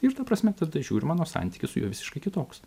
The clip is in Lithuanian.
ir ta prasme tada žiūriu mano santykis su juo visiškai kitoks